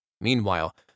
Meanwhile